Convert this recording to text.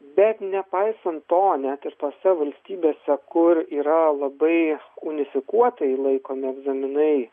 bet nepaisant to net ir tose valstybėse kur yra labai unifikuotai laikomi egzaminai